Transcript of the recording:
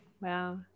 Wow